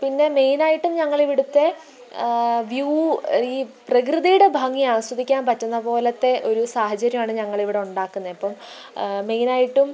പിന്നെ മെയ്നായിട്ടും ഞങ്ങള് ഇവിടുത്തെ വ്യൂ ഈ പ്രകൃതിയുടെ ഭംഗി ആസ്വദിക്കാൻ പറ്റുന്ന പോലത്തെ ഒരു സാഹചര്യമാണ് ഞങ്ങളിവിടെ ഉണ്ടാക്കിന്നെ അപ്പോള് മെയ്നായിട്ടും